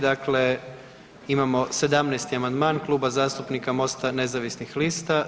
Dakle, imamo 17. amandman Kluba zastupnika MOST-a nezavisnih lista.